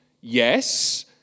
Yes